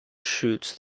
chutes